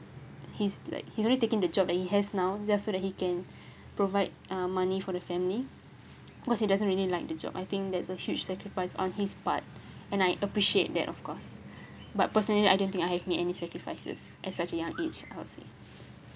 he's like he's ronly taking the job that he has now just so that he can provide uh money for the family cause he doesn't really like the job I think that's a huge sacrifice on his part and I appreciate that of course but personally I don't think I have made any sacrifices at such a young age I would say